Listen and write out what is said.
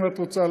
אם את רוצה,